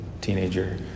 teenager